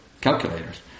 calculators